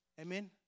Amen